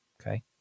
Okay